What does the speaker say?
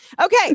Okay